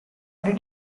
did